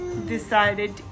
decided